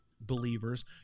believers